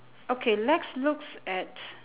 okay let's look at